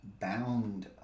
bound